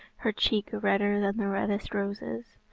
her cheek redder than the reddest roses.